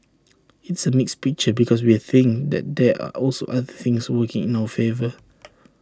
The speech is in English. it's A mixed picture because we think that there are also other things working in our favour